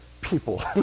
people